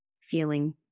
feeling